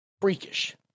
freakish